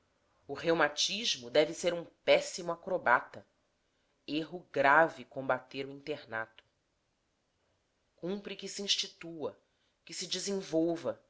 o reumatismo deve ser um péssimo acrobata erro grave combater o internato cumpre que se institua que se desenvolva